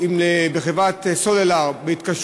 אם חברת הכנסת שולי מועלם הייתה מתחילת הקדנציה,